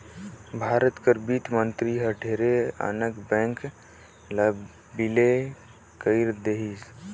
भारत कर बित्त मंतरी हर ढेरे अकन बेंक ल बिले कइर देहिस